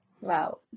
Wow